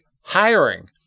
HIRING